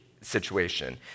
situation